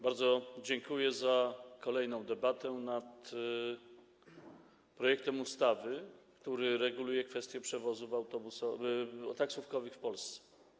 Bardzo dziękuję za kolejną debatę nad projektem ustawy, który reguluje kwestię przewozów taksówkowych w Polsce.